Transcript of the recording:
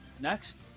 next